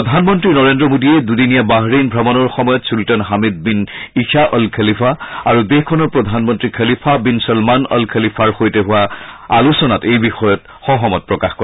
প্ৰধান মন্ত্ৰী নৰেন্দ্ৰ মোডীয়ে দুদিনীয়া বাহৰেইন ভ্ৰমণৰ সময়ত Sultan Hamad bin Isa Al Khalifa আৰু দেশখনৰ প্ৰধান মন্ত্ৰী খলিফা বিন চলমান অল খলিফাৰ সৈতে হোৱা আলোচনাত এই বিষয়ত সহমত প্ৰকাশ কৰে